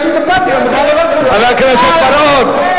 יש לי את, אני מוכן להראות, חבר הכנסת בר-און.